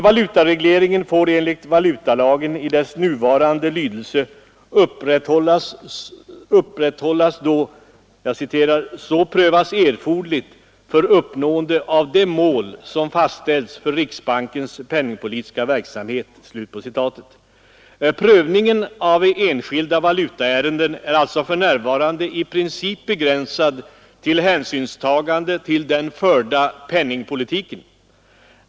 Valutareglering får enligt valutalagen i dess nuvarande lydelse upprätthållas då ”så prövas erforderligt för uppnående av det mål, som fastställts för riksbankens penningpolitiska verksamhet”. Prövningen av enskilda valutaärenden är alltså för närvarande i princip begränsad till hänsynstagande till den förda penningpolitiken.